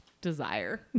desire